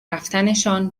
رفتنشان